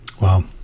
wow